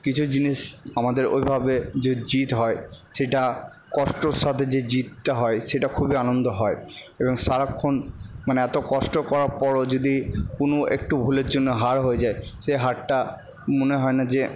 কিছু জিনিস আমাদের ওইভাবে যে জিত হয় সেটা কষ্টর সাথে যে জিতটা হয় সেটা খুবই আনন্দ হয় এবং সারাক্ষণ মানে এতো কষ্ট করার পরও যদি কোনো একটু ভুলের জন্য হার হয়ে যায় সেই হারটা মনে হয় না যে